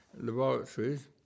laboratories